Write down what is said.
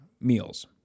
meals